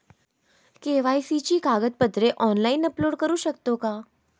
KYC ची कागदपत्रे online upload करू शकतो का?